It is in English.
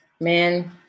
man